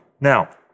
Now